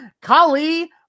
Kali